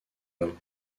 mains